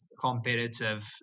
competitive